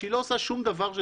שהיא לא עושה שום דבר,